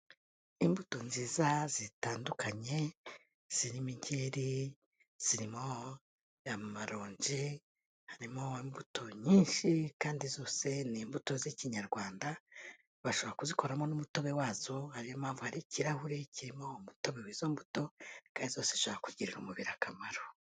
Imbuto nziza zitandukanye ziri migeri, zirimo amaronji, harimo imbuto nyinshi kandi zose n'imbuto z'ikinyarwanda, bashobora kuzikoramo n'umutobe wazo ariyo mpamvu hari ikirahure kirimo imbutobe w'izo mbuto, kandi zose zishaka kugirira umubiri akamaro.